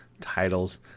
titles